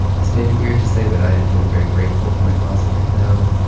this may be weird to say, but i am feeling very grateful for my closet right now,